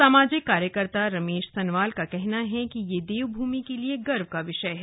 सामाजिक कार्यकर्ता रमेश सनवाल का कहना है कि ये देवभूमि के लिए गर्व का विषय है